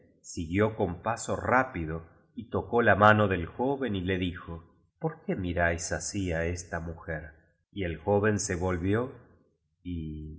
siguió con paso rápido y tocó la mano del joven y le dijo por qué miráis así á esta mujer y él joven se volvió y